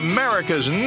America's